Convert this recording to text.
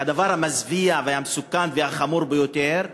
והדבר המזוויע והמסוכן והחמור ביותר,